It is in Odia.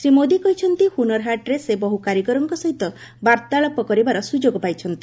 ଶ୍ରୀ ମୋଦି କହିଛନ୍ତି ହୁନରହାଟ୍ରେ ସେ ବହୁ କାରିଗରଙ୍କ ସହିତ ବାର୍ଭାଳାପ କରିବାର ସୁଯୋଗ ପାଇଛନ୍ତି